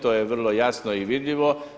To je vrlo jasno i vidljivo.